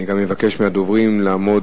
אני גם אבקש מהדוברים לעמוד